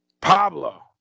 Pablo